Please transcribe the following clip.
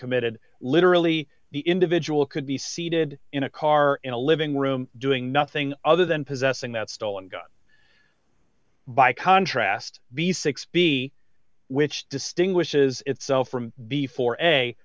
committed literally the individual could be seated in a car in a living room doing nothing other than possessing that stolen gun by contrast b six b which distinguishes itself from before